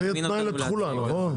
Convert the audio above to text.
שזה יהיה תנאי לתחולה נכון?